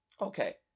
okay